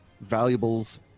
valuables